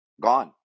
Gone